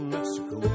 Mexico